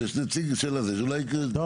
אבל יש נציג רקע,